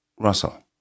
Russell